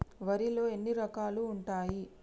వరిలో ఎన్ని రకాలు ఉంటాయి?